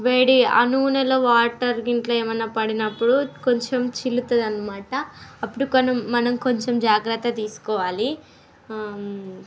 వేడి ఆ నూనెలో వాటర్ గిట్ల ఏమైనా పడినప్పుడు కొంచెం చిల్లుతుంది అనమాట అప్పుడు మనం కొంచెం జాగ్రత్త తీసుకోవాలి